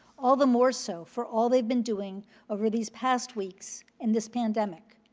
all the more so for all they've been doing over these past weeks in this pandemic,